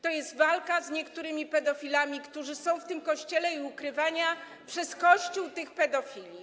To jest walka z niektórymi pedofilami, którzy są w Kościele i ukrywania przez Kościół tych pedofilów.